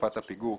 לתקופת הפיגור,